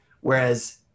Whereas